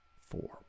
four